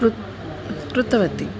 कृतं कृतवती